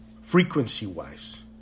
Frequency-wise